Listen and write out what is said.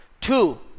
Two